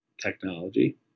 technology